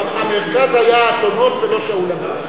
המרכז היה אתונות ולא שאול המלך.